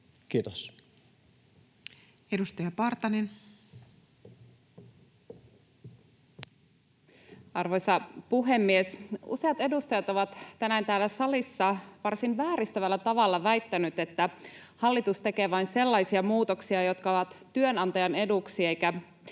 Time: 20:44 Content: Arvoisa puhemies! Useat edustajat ovat tänään täällä salissa varsin vääristävällä tavalla väittäneet, että hallitus tekee vain sellaisia muutoksia, jotka ovat työnantajan eduksi